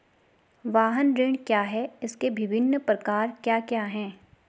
वाहन ऋण क्या है इसके विभिन्न प्रकार क्या क्या हैं?